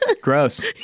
Gross